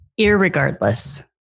irregardless